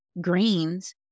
greens